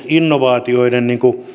innovaatioiden